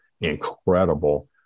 incredible